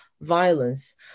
violence